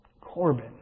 Corbin